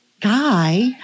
guy